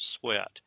sweat